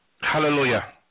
Hallelujah